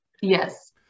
Yes